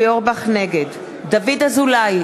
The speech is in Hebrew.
נגד דוד אזולאי,